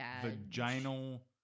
vaginal